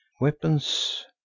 weapons